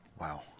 Wow